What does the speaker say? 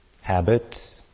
habits